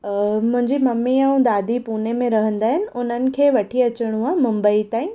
मुंहिंजी ममी ऐं दादी पूने में रहंदा आहिनि उन्हनि खे वठी अचिणो आहे मुंबई ताईं